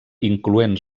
incloent